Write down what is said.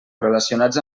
relacionats